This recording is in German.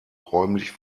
räumlich